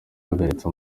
ahagaritse